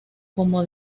como